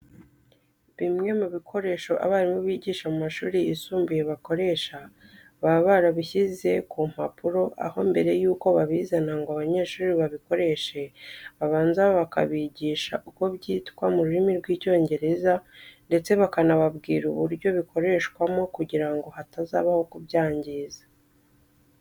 Bimwe mu bikoresho abarimu bigisha mu mashuri yisumbuye bakoresha baba barabishyize ku mpapuro aho mbere yuko babizana ngo abanyeshuri babikoreshe, babanza bakabigisha uko byitwa mu rurimi rw'Icyongereza ndese bakanababwira uburyo bikoreshwamo kugira ngo hatazabaho kubyangiza.